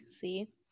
see